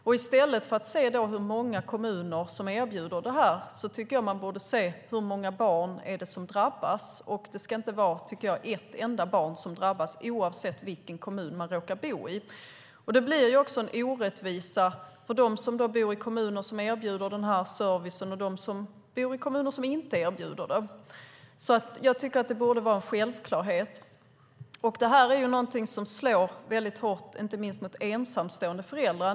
I stället för att se hur många kommuner som erbjuder sådan barnomsorg tycker jag att man borde se hur många barn det är som drabbas. Jag tycker inte att det ska vara ett enda barn som drabbas, oavsett vilken kommun man råkar bo i. Det blir också en orättvisa för dem som bor i kommuner som erbjuder den här servicen och de som bor i kommuner som inte erbjuder den. Jag tycker att det borde vara en självklarhet. Det här är ju någonting som slår väldigt hårt, inte minst mot ensamstående föräldrar.